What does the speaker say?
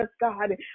God